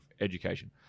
education